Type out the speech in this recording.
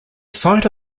site